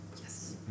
Yes